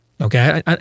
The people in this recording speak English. okay